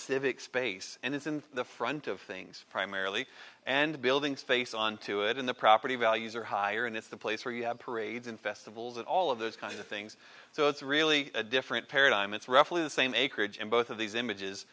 civic space and it's in the front of things primarily and building space on to it in the property values are higher and it's the place where you have parades and festivals and all of those kinds of things so it's really a different paradigm it's roughly the same acreage in both of these images